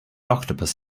octopus